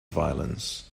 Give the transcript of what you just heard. violence